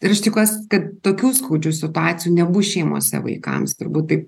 ir aš tikiuos kad tokių skaudžių situacijų nebus šeimose vaikams turbūt taip